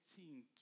18